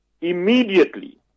Immediately